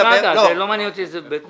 שרגא, זה לא מעניין אותי איזה בית משפט.